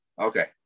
Okay